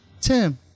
Tim